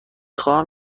خواهم